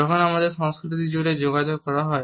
যখন আমাদের সংস্কৃতি জুড়ে যোগাযোগ করতে হয়